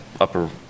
upper